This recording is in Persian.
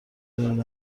دونی